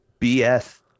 BS